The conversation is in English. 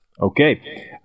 Okay